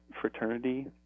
fraternity